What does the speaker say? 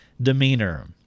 demeanor